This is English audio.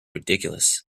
ridiculous